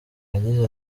yagize